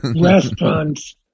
restaurants